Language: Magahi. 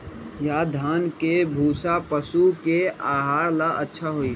या धान के भूसा पशु के आहार ला अच्छा होई?